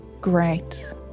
Great